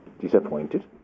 disappointed